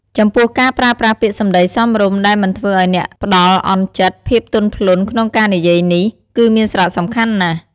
ចំំពោះការប្រើប្រាស់ពាក្យសម្តីសមរម្យដែលមិនធ្វើឲ្យអ្នកផ្តល់អន់ចិត្ត ភាពទន់ភ្លន់ក្នុងការនិយាយនេះ គឺមានសារៈសំខាន់ណាស់។